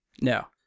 No